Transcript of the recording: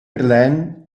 berlijn